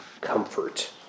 comfort